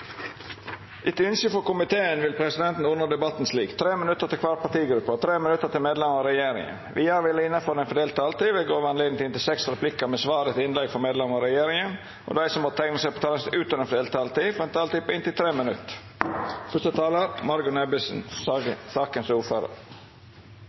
Etter ynske frå utanriks- og forsvarskomiteen vil presidenten ordna debatten slik: 5 minutt til kvar partigruppe og 5 minutt til medlemer av regjeringa. Vidare vil det – innanfor den fordelte taletida – verta gjeve anledning til inntil seks replikkar med svar etter innlegg frå medlemer av regjeringa, og dei som måtte teikna seg på talarlista utover den fordelte taletida, får ei taletid på inntil 3 minutt.